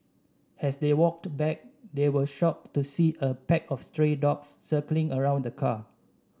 as they walked back they were shocked to see a pack of stray dogs circling around the car